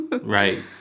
right